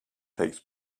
takes